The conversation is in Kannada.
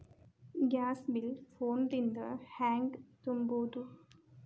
ಗ್ಯಾಸ್ ಬಿಲ್ ಫೋನ್ ದಿಂದ ಹ್ಯಾಂಗ ತುಂಬುವುದು?